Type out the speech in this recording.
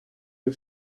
you